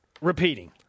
Repeating